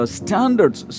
standards